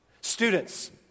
Students